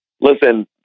listen